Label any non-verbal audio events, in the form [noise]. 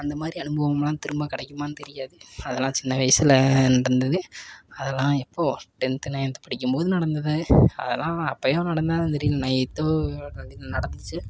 அந்த மாதிரி அனுபவம் எல்லாம் திரும்ப கிடைக்குமானு தெரியாது அதெலாம் சின்ன வயசில் நடந்தது அதெலாம் எப்போ டென்த் நயன்த் படிக்கும்போது நடந்தது அதெலாம் அப்பையோ நடந்த தான் தெரியும் நான் எயித்தோ [unintelligible] நடந்திச்சு